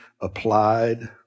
applied